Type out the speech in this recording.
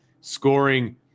scoring